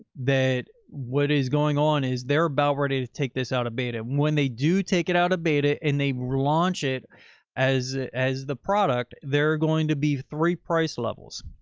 that what is going on is they're about ready to take this out of beta when they do take it out of beta and they relaunch it as, as the product, they're going to be three price levels.